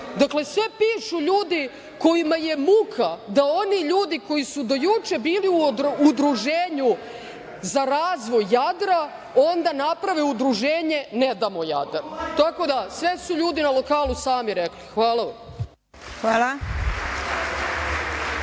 Dakle, sve pišu ljudi kojima je muka da oni ljudi koji su do juče bili u Udruženju za razvoj „Jadra“ onda naprave Udruženje „Ne damo Jadar“. Tako da sve su ljudi na lokalu sami rekli. Hvala vam.